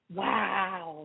wow